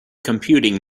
computing